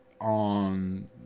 on